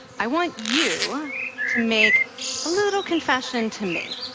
i want you to make a little confession to me.